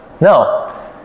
No